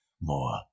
more